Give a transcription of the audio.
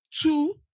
Two